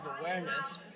awareness